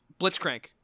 Blitzcrank